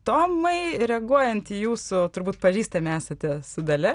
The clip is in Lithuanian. tomai reaguojant į jūsų turbūt pažįstami esate su dalia